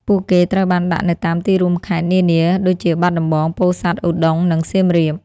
ពួកគេត្រូវបានដាក់នៅតាមទីរួមខេត្តនានាដូចជាបាត់ដំបង ពោធិ៍សាត់ ឧដុង្គ និងសៀមរាប។